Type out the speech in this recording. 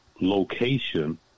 location